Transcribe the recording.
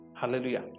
Hallelujah